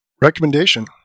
Recommendation